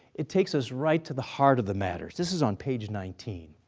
it takes us right to the heart of the matter. this is on page nineteen.